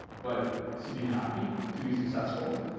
but to be happy, to be successful,